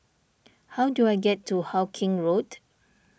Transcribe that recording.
how do I get to Hawkinge Road